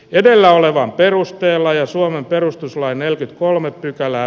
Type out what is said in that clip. edellä olevan perusteella ja suomen perustuslain eli kolme pykälää